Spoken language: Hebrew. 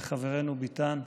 לחברנו ביטן.